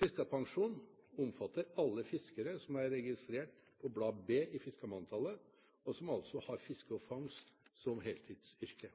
Fiskerpensjonen omfatter alle fiskere som er registrert på blad B i fiskermantallet, som altså har fiske og fangst som heltidsyrke.